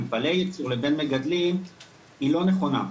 מפעלי ייצור לבין מגדלים היא לא נכונה.